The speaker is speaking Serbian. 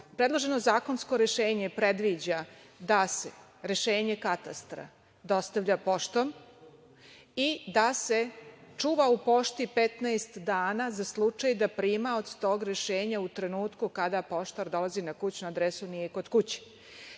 izmenu. Predloženo zakonsko rešenje predviđa da se rešenje katastra dostavlja poštom i da se čuva u pošti 15 dana za slučaj da primalac tog rešenja u trenutku kada poštar dolazi na kućnu adresu nije kod kuće.